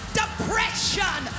depression